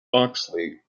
oxley